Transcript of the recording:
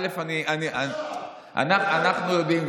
אנחנו יודעים,